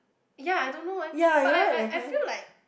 ya I don't know eh but I I I feel like